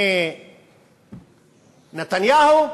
מנתניהו?